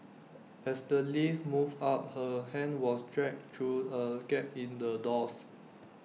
as the lift moved up her hand was dragged through A gap in the doors